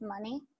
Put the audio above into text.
money